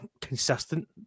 consistent